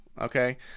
Okay